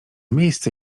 miejsce